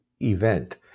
event